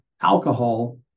alcohol